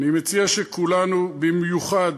אני מציע שכולנו, במיוחד